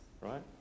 right